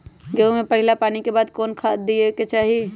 गेंहू में पहिला पानी के बाद कौन खाद दिया के चाही?